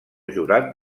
jurat